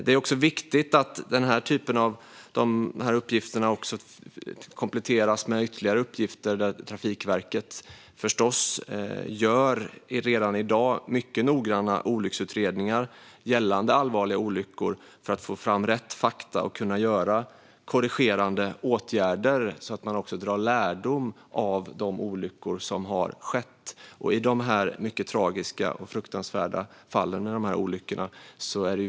Det är också viktigt att den här typen av uppgifter kompletteras med ytterligare uppgifter, och Trafikverket gör förstås redan i dag mycket noggranna olycksutredningar gällande allvarliga olyckor för att få fram rätt fakta för att kunna göra korrigerande åtgärder. Det är ju viktigt att man drar lärdom av de mycket tragiska och fruktansvärda olyckorna.